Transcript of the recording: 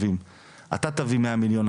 אתה תביא מאה מיליון,